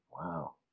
Wow